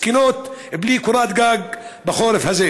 בלי קורת גג בחורף הזה.